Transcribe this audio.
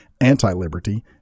anti-liberty